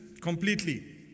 completely